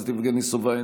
חבר הכנסת יבגני סובה,